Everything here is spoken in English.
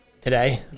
today